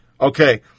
Okay